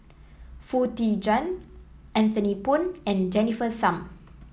Foo Tee Jun Anthony Poon and Jennifer Tham